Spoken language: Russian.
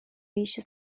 вещи